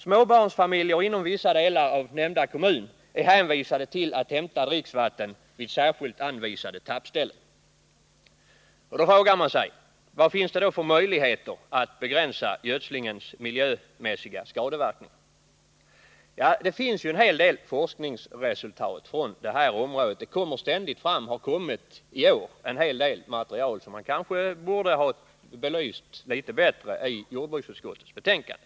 Småbarnsfamiljer inom vissa delar av nämnda kommun är hänvisade till att hämta dricksvatten vid särskilt 7 Vad finns det då för möjligheter att begränsa gödslingens miljömässiga skadeverkningar? Ja, det finns en hel del forskningsresultat på området, och det har i år kommit material som kanske borde ha belysts litet bättre i jordbruksutskottets betänkande.